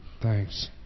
Thanks